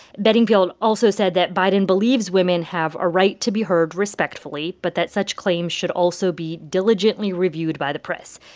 bedingfield also said that biden believes women have a right to be heard respectfully but that such claims should also be diligently reviewed by the press.